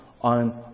on